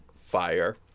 fire